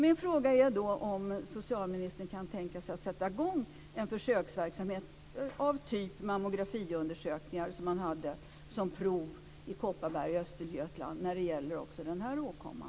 Min fråga är om socialministern kan tänka sig att sätta i gång en försöksverksamhet av samma typ som mammografiundersökningarna, som man provade i Kopparberg och Östergötland, när det gäller också denna åkomma.